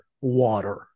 water